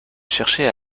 cherché